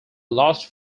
lost